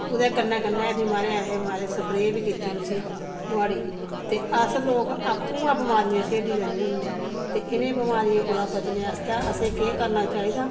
उदे कन्ने कन्ने कन्नै फ्ही महाराज अहें स्प्रे बी कीती उसी नुआढ़ी ते अस लोग आपूं गै बमारियां छेड़ी लैन्ने हुन्ने ते इनें बमारियें कोला बचने आस्तै असें केह् करना चाहिदा